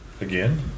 Again